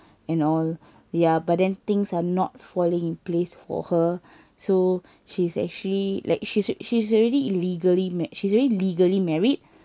and all ya but then things are not falling in place for her so she's actually like she's she's already illegally marr~ she's already legally married